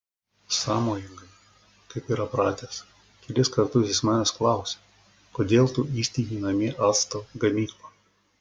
sąmojingai kaip yra pratęs kelis kartus jis manęs klausė kodėl tu įsteigei namie acto gamyklą